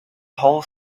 whole